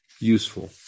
useful